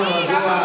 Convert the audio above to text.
תדבר אלינו.